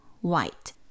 white